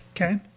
Okay